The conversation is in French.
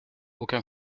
aucun